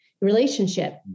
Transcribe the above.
relationship